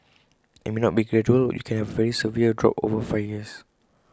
and IT may not be gradual you can have A very severe drop over five years